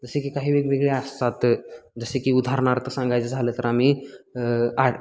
जसे की काही वेगवेगळे असतात जसे की उदाहरणार्थ सांगायचं झालं तर आम्ही आट